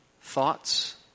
thoughts